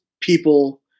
people